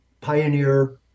pioneer